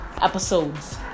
Episodes